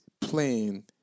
playing